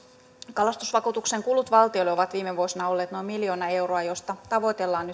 kalastusvakuutuksen kulut valtiolle ovat viime vuosina olleet noin miljoona euroa josta tavoitellaan